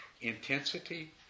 intensity